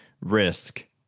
risk